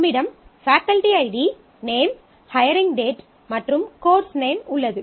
நம்மிடம் faculty ID name hiring date மற்றும் course name உள்ளது